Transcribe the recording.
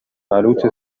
بلوط